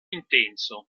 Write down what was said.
intenso